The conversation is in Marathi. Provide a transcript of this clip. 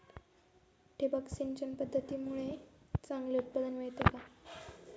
ठिबक सिंचन पद्धतीमुळे चांगले उत्पादन मिळते का?